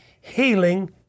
Healing